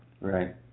Right